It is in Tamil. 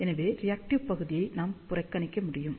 எனவே ரியாக்டிவ் பகுதியை நாம் புறக்கணிக்க முடியும்